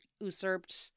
usurped